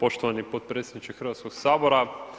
Poštovani potpredsjedniče Hrvatskog sabora.